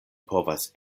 povas